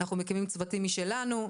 אנחנו מקימים צוותים משלנו,